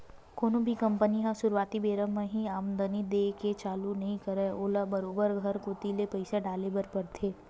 कोनो भी कंपनी ह सुरुवाती बेरा म ही आमदानी देय के चालू नइ करय ओला बरोबर घर कोती ले पइसा डाले बर परथे